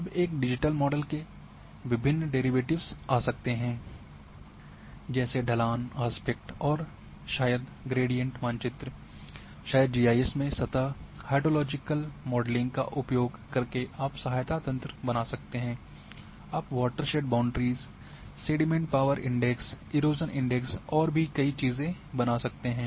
अब एक digital model के विभिन्न डेरिवेटिव आ सकते हैं जैसे ढलान आस्पेक्ट और शायद ग्रेडिएंट मानचित्र शायद जीआईएस में सतह हाइड्रोलॉजिकल मॉडलिंग का उपयोग करके आप सहायता तंत्र बना सकते हैं आप watershed boundaries sediment power index erosion index और भी कई बना सकते हैं